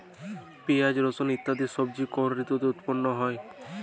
পিঁয়াজ রসুন ইত্যাদি সবজি কোন ঋতুতে উৎপন্ন হয়?